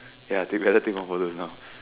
ya developing more photos now